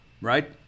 right